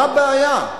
מה הבעיה?